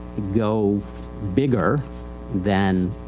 go bigger than,